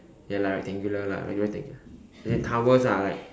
ya lah rectangular lah rectangular as in towers are like